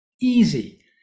Easy